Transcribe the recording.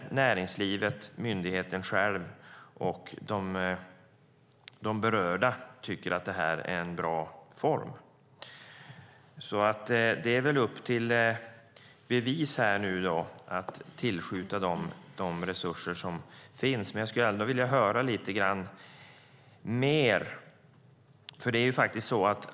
Näringslivet, myndigheten själv och berörda tycker att yrkeshögskoleutbildningen är en bra utbildningsform. Det är väl upp till bevis här när det gäller att tillskjuta resurser som finns. Jag skulle dock vilja höra lite mer om detta.